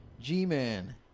G-Man